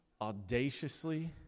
audaciously